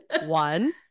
one